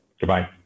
Goodbye